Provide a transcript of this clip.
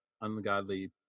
ungodly